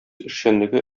эшчәнлеге